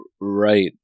Right